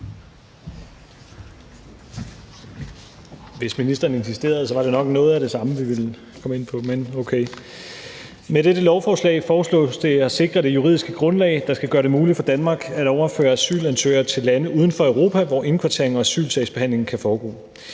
tale først, kan jeg sige, at det nok var noget af det samme, vi ville komme ind på – men okay. Med dette lovforslag foreslås det at sikre det juridiske grundlag, der skal gøre det muligt for Danmark at overføre asylansøgere til lande uden for Europa, hvor indkvartering og asylsagsbehandling kan foregå.